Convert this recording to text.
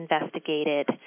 investigated